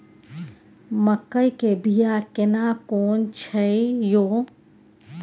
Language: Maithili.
मकई के बिया केना कोन छै यो?